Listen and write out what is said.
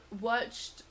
watched